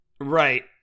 Right